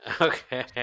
Okay